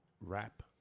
Rap